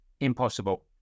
impossible